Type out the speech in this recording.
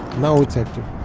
now it's active